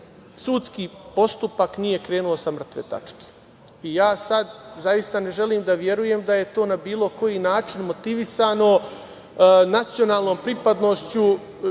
sudski postupak nije krenuo sa mrtve tačke. Ja sada zaista ne želim da verujem da je to na bilo koji način motivisano nacionalnom pripadnošću